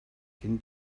cyn